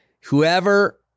Whoever